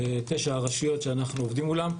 תשע הרשויות שאנחנו עובדים מולן.